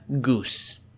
Goose